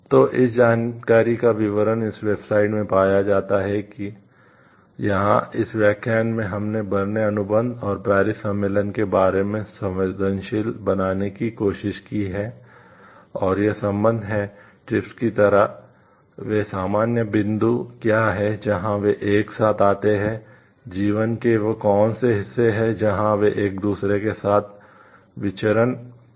तो इस जानकारी का विवरण इस वेबसाइट की तरह वे सामान्य बिंदु क्या हैं जहां वे एक साथ आते हैं जीवन के वे कौन से हिस्से हैं जहां वे एक दूसरे के साथ विचरण कर रहे हैं